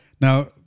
Now